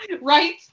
Right